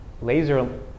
laser